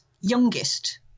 youngest